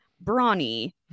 brawny